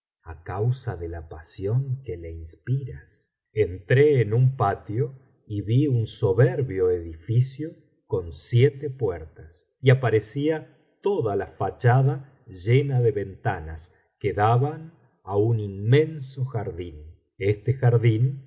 á causa de la pasión que le inspiras entré en un patio y vi un soberbio edificio con siete puertas y aparecía toda la fachada llena de ventanas que daban á un inmenso jardín este jardín